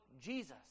Jesus